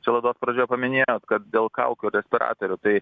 čia laidos pradžioj paminėjo kad dėl kaukių ir respiratorių tai